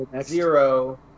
zero